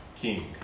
king